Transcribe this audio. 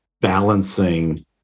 balancing